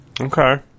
okay